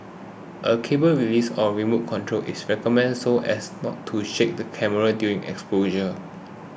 a cable release or remote control is recommended so as not to shake the camera during exposure